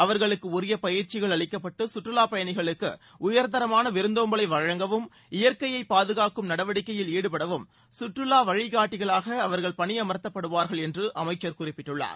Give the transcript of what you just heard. அவர்களுக்கு உரிய பயிற்சிகள் அளிக்கப்பட்டு சுற்றுவா பயணிகளுக்கு உயர்தரமான விருந்தோம்பலை வழங்கவும் இயற்கையை பாதுகாக்கும் நடவடிக்கையில் ஈடுபடவும் சுற்றுலா வழிகாட்டிகளாக அவர்கள் பணி என்று அமைச்சர் குறிப்பிட்டுள்ளார்